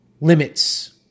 limits